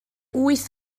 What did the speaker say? wyth